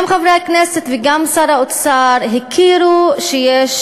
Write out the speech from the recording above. גם חברי הכנסת וגם שר האוצר הכירו בכך שיש